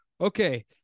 okay